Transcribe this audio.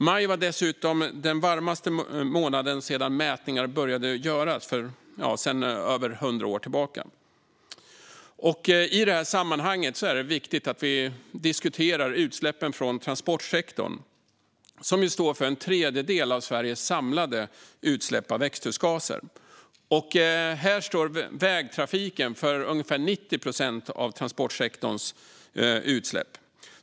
Maj var dessutom den varmaste månaden sedan mätningar började göras för över 100 år sedan. I det här sammanhanget är det viktigt att vi diskuterar utsläppen från transportsektorn, som står för en tredjedel av Sveriges samlade utsläpp av växthusgaser. Här står vägtrafiken för ungefär 90 procent av transportsektorns utsläpp.